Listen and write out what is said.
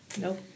Nope